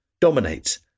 dominates